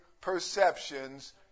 perceptions